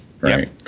right